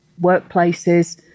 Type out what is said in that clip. workplaces